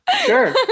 sure